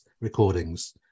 recordings